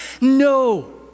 no